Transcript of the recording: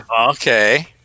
Okay